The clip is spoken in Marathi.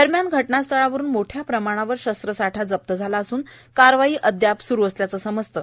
दरम्यान घटनास्थळावरून मोठ्या प्रमाणावर शस्त्रसाठा जप्त झाला असून कारवाई अध्याप सूर असल्याचं समजतं